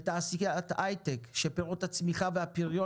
בתעשיית הייטק שפירות הצמיחה והפריון